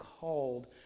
called